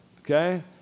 okay